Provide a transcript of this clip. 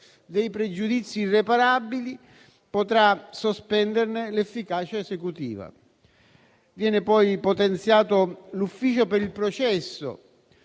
dei pregiudizi irreparabili potrà sospenderne l'efficacia esecutiva. Viene poi potenziato l'ufficio per il processo,